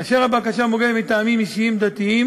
כאשר הבקשה מוגשת מטעמים אישיים-דתיים,